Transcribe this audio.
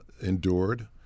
endured